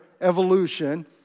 evolution